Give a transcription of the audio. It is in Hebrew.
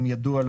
אם ידוע לו,